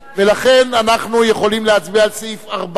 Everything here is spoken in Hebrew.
ולכן אנחנו יכולים להצביע על סעיף 4,